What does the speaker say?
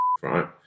right